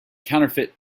counterfeit